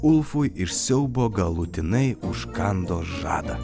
ulfui iš siaubo galutinai užkando žadą